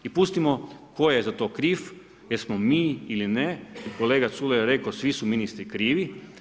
I pustimo tko je za to kriv, jesmo mi ili ne, kolega Culej je rekao svi su ministri krivi.